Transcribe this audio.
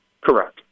Correct